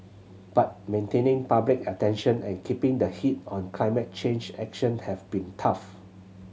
but maintaining public attention and keeping the heat on climate change action have been tough